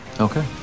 Okay